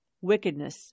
wickedness